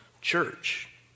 church